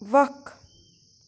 وَق